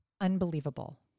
unbelievable